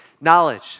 knowledge